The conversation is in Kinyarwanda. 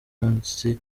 munsi